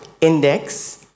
Index